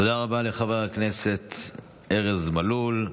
תודה רבה לחבר הכנסת ארז מלול.